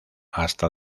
hasta